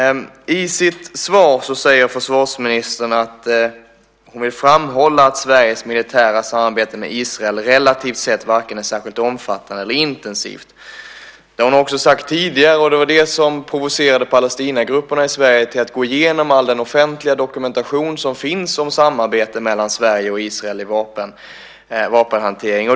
I sitt svar säger försvarsministern att hon vill framhålla att Sveriges militära samarbete med Israel relativt sett varken är särskilt omfattande eller intensivt. Det har hon också sagt tidigare, och det var det som provocerade Palestinagrupperna i Sverige att gå igenom all den offentliga dokumentation som finns om samarbetet mellan Sverige och Israel i vapenhantering.